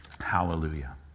Hallelujah